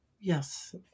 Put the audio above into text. Yes